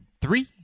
three